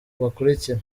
bakurikira